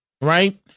right